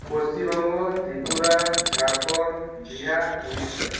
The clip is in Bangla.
পশ্চিমবঙ্গ ত্রিপুরা ঝাড়খন্ড বিহার উড়িষ্যা